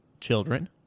children